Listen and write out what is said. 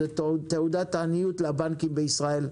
זאת תעודת עניות לבנקים בישראל.